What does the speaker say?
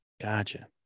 Gotcha